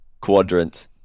Quadrant